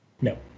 No